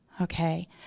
Okay